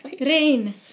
Rain